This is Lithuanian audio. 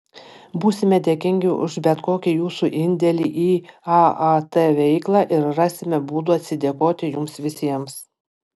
būsime dėkingi už bet kokį jūsų indėlį į aat veiklą ir rasime būdų atsidėkoti jums visiems